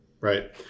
right